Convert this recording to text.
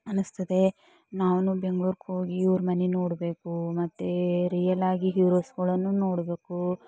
ಅನ್ನಿಸ್ತದೆ ನಾನು ಬೆಂಗ್ಳೂರಿಗೆ ಹೋಗಿ ಇವ್ರ ಮನೆ ನೋಡಬೇಕು ಮತ್ತೆ ರಿಯಲ್ಲಾಗಿ ಹೀರೋಸ್ಗಳನ್ನು ನೋಡಬೇಕು